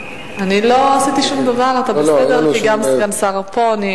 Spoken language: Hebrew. אני לא עשיתי שום דבר, גם סגן השר פה.